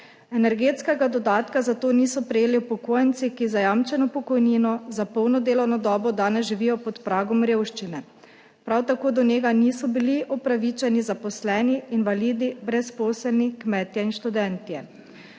Energetskega dodatka zato niso prejeli upokojenci, ki z zajamčeno pokojnino za polno delovno dobo danes živijo pod pragom revščine. Prav tako do njega niso bili upravičeni zaposleni, invalidi, brezposelni, kmetje in študentje.